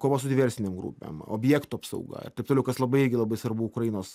kova su diversinėm grupėm objektų apsauga ir taip toliau kas labai irgi labai svarbu ukrainos